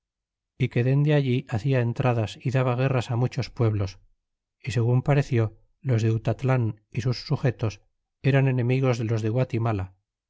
y que dende allí hacia entradas y daba guerras á muchos pueblos y segun pareció los de utatlan y sus sujetos eran enemigos de los de guatimala